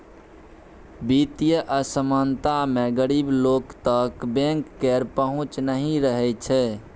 बित्तीय असमानता मे गरीब लोक तक बैंक केर पहुँच नहि रहय छै